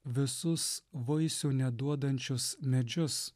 visus vaisių neduodančius medžius